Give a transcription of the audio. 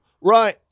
right